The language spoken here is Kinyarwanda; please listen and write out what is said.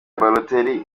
balotelli